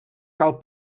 cal